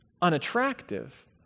Unattractive